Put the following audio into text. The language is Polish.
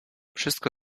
wszystko